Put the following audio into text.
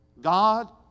God